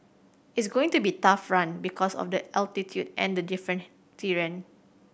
it's going to be a tough run because of the altitude and the different terrain